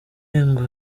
ngo